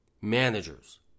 managers